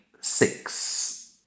six